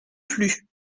plus